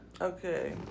okay